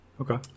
okay